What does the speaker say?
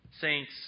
Saints